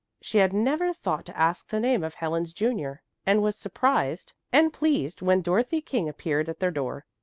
she had never thought to ask the name of helen's junior, and was surprised and pleased when dorothy king appeared at their door.